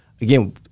again